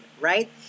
right